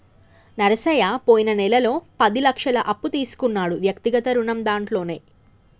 నరసయ్య పోయిన నెలలో పది లక్షల అప్పు తీసుకున్నాడు వ్యక్తిగత రుణం దాంట్లోనే